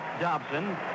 Dobson